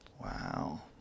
Wow